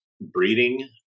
breeding